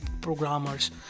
programmers